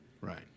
Right